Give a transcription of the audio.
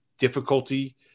difficulty